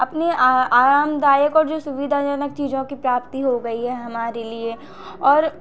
अपने आरामदायक और जो सुविधाजनक चीज़ों की प्राप्ति हो गई है हमारे लिए और